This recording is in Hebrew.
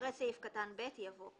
אחרי סעיף קטן (ב) יבוא: